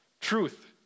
Truth